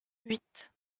huit